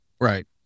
Right